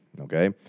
okay